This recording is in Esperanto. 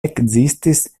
ekzistis